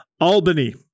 Albany